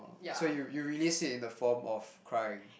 so you you release it in the form of crying